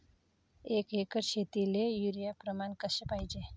एक एकर शेतीले युरिया प्रमान कसे पाहिजे?